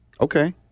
Okay